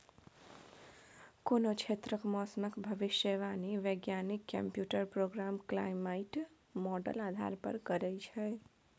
कोनो क्षेत्रक मौसमक भविष्यवाणी बैज्ञानिक कंप्यूटर प्रोग्राम क्लाइमेट माँडल आधार पर करय छै